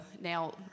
Now